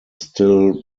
still